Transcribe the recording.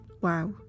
Wow